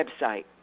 website